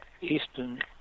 eastern